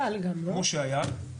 כמו שהיה.